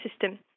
system